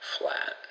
flat